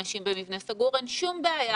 אין שום בעיה